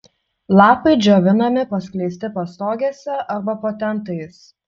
lapai džiovinami paskleisti pastogėse arba po tentais